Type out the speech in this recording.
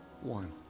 one